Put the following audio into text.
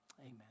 amen